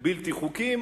בלתי חוקיים,